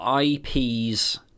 IPs